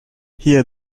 hear